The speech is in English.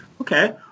okay